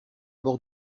bord